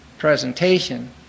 presentation